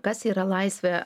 kas yra laisvė